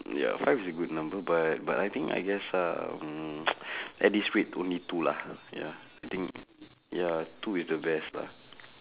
ya five is a good number but but I think I guess um at this rate only two lah ya I think ya two is the best lah